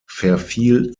verfiel